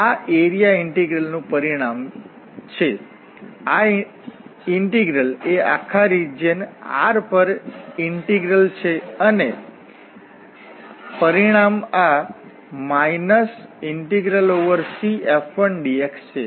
તેથી આ area integral નું પરિણામ છે આ ઇન્ટિગ્રલ એ આખા રિજીયન R પર ઇન્ટિગ્રલ છે અને પરિણામ આ CF1dx છે